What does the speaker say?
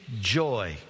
joy